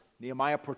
Nehemiah